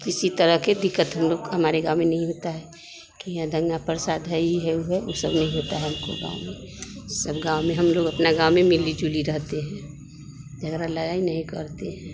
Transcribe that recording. किसी तरह के दिक्कत हम लोग हमारे गाँव में नहीं होता है कि है दंगा प्रसाद है ई है ऊ है वो सब नहीं होता है हमको गाँव में सब गाँव में अपना गाँव में हम लोग मिली जुली रहते हैं झगड़ा लड़ाई नहीं करते हैं